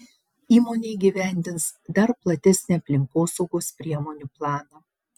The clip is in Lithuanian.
įmonė įgyvendins dar platesnį aplinkosaugos priemonių planą